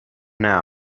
now